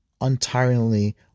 untiringly